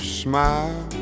smile